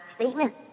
statement